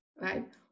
right